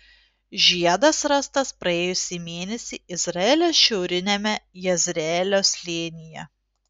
žiedas rastas praėjusį mėnesį izraelio šiauriniame jezreelio slėnyje